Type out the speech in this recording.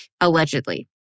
allegedly